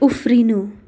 उफ्रिनु